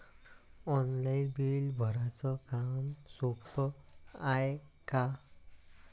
Online bill भराच काम सोपं हाय का?